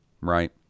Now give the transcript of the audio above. right